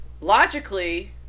logically